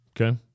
Okay